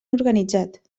organitzat